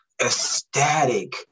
ecstatic